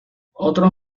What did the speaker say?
otros